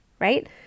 right